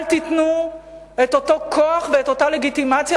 אל תיתנו את אותו כוח ואת אותה לגיטימציה